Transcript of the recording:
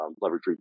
leverage